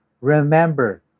Remember